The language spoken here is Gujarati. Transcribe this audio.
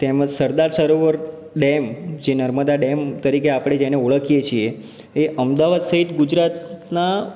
તેમજ સરદાર સરોવર ડેમ જે નર્મદા ડેમ તરીકે આપણે જેને ઓળખીએ છીએ એ અમદાવાદ સહિત ગુજરાતનાં